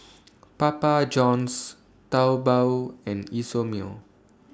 Papa Johns Taobao and Isomil